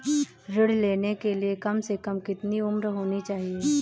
ऋण लेने के लिए कम से कम कितनी उम्र होनी चाहिए?